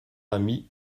ami